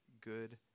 good